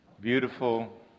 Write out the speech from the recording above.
beautiful